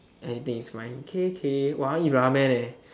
anything is fine k k !wah! I want to eat ramen eh